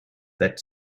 that